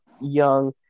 young